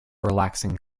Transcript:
relaxing